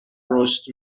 رشد